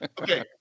Okay